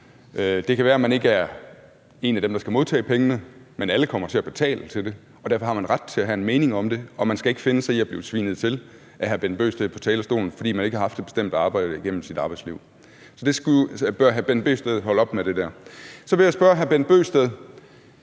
Det kan være, at man ikke er en af dem, der skal modtage pengene, men alle kommer til at betale til det, og derfor har man ret til at have en mening om det, og man skal ikke finde sig i at blive svinet til af hr. Bent Bøgsted fra talerstolen, fordi man ikke har haft et bestemt arbejde igennem sit arbejdsliv. Så det bør hr. Bent Bøgsted holde op med. Så vil jeg spørge hr. Bent Bøgsted: